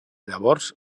llavors